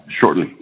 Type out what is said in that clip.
shortly